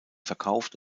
verkauft